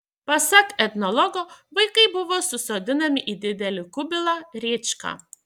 pasak etnologo vaikai buvo susodinami į didelį kubilą rėčką